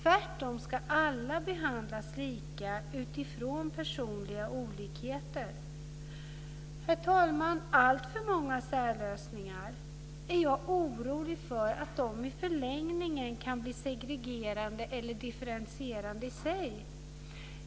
Alla ska tvärtom behandlas lika utifrån personliga olikheter. Herr talman! Jag är orolig för att alltför många särlösning i förlängningen kan bli segregerande eller differentierande i sig.